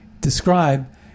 describe